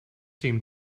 seem